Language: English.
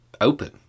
open